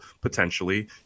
potentially